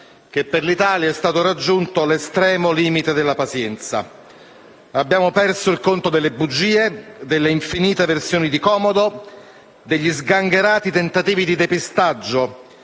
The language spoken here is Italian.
che per l'Italia è stato raggiunto l'estremo limite della pazienza. Abbiamo perso il conto delle bugie, delle infinite versioni di comodo, degli sgangherati tentativi di depistaggio